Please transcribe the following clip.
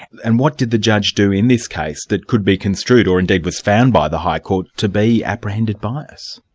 and what did the judge do in this case that could be construed or indeed was found by the high court to be apprehended bias?